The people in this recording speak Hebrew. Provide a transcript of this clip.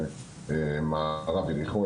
במערב יריחו,